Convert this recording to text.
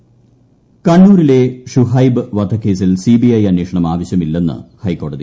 ഷുഹൈബ് വധക്കേസ് കണ്ണൂരിലെ ഷുഹൈബ് വധക്കേസിൽ സിബിഐ അന്വേഷണം ആവശ്യമില്ലെന്ന് ഹൈക്കോടതി